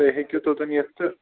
تُہۍ ہیٚکِو توٚتُن یِتھ تہٕ